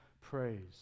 praise